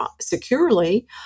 securely